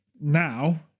now